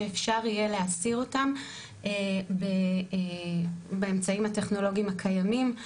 שאפשר יהיה להסיר אותם באמצעים הטכנולוגיים הקיימים.